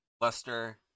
Lester